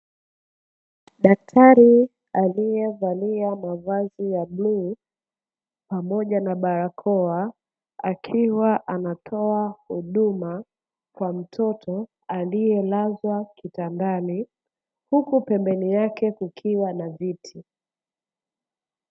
Daktari aliye valia mavazi ya bluu pamoja na barakoa, akiwa anatoa huduma kwa mtoto aliyelazwa kitandani huku pembeni yake kukiwa na viti.